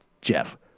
Jeff